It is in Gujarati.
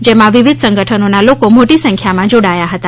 જેમાં વિવિધ સંગઠનોના લોકો મોટી સંખ્યામાં જોડાયા હતા